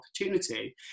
opportunity